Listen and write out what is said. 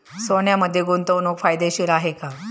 सोन्यामध्ये गुंतवणूक फायदेशीर आहे का?